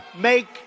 make